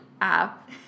app